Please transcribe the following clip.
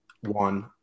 one